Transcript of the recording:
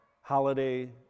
holiday